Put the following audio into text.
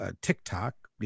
TikTok